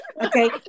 okay